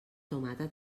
tomata